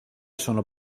sono